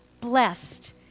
blessed